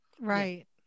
right